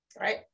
right